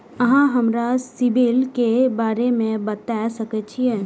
अहाँ हमरा सिबिल के बारे में बता सके छी?